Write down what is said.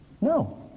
No